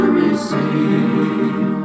receive